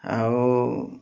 ଆଉ